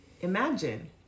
imagine